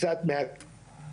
קצת מה-